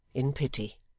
in pity.